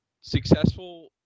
successful